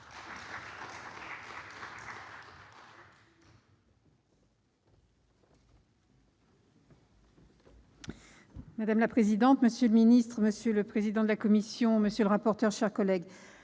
Madame la présidente, madame la ministre, monsieur le président de la commission, monsieur le rapporteur, mes chers collègues,